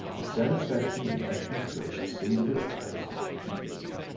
the satisfaction in ashton-kirk's singular eyes deepened.